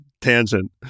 Tangent